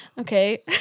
Okay